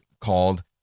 called